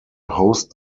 host